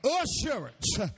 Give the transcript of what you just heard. assurance